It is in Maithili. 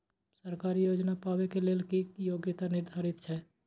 सरकारी योजना पाबे के लेल कि योग्यता निर्धारित छै?